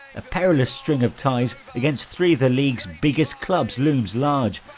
a perilous string of ties against three the league's biggest clubs looms large.